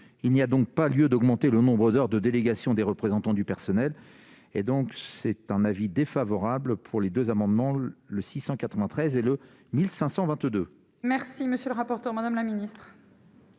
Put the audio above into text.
il n'y a donc pas lieu d'augmenter le nombre d'heures de délégation des représentants du personnel et donc c'est un avis défavorable pour les 2 amendements le 693 et le 1522. Merci, monsieur le rapporteur, Madame la Ministre.